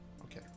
okay